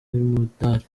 umudali